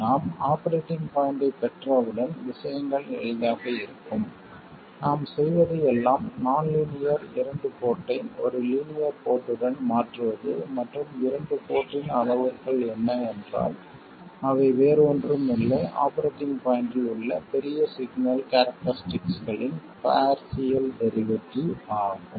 நாம் ஆபரேட்டிங் பாய்ண்ட்டை பெற்றவுடன் விஷயங்கள் எளிதாக இருக்கும் நாம் செய்வது எல்லாம் நான் லீனியர் இரண்டு போர்ட்டை ஒரு லீனியர் டூ போர்ட்டுடன் மாற்றுவது மற்றும் இரண்டு போர்ட்டின் அளவுருக்கள் என்ன என்றால் அவை வேறு ஒன்றும் இல்லை ஆபரேட்டிங் பாய்ண்ட்டில் உள்ள பெரிய சிக்னல் கேரக்டரிஸ்டிக்களின் பார்சியல் டெரிவேட்டிவ் ஆகும்